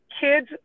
kids